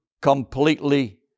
completely